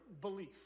belief